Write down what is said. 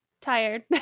Tired